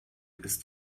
ist